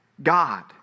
God